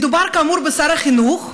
מדובר כאמור בשר החינוך,